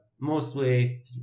Mostly